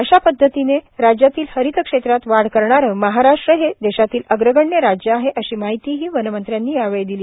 अशा पदधतीने राज्यातील हरित क्षेत्रात वाढ करणारं महाराष्ट्र हे देशातील अग्रगण्य राज्य आहे अशी माहिती ही वनमंत्र्यांनी दिली